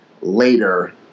later